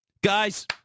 Guys